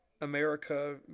America